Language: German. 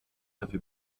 dafür